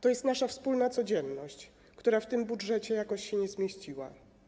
To jest nasza wspólna codzienność, która w tym budżecie jakoś się nie zmieściła.